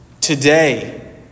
Today